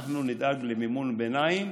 אנחנו נדאג למימון ביניים,